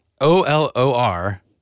O-L-O-R